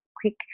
quick